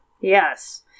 Yes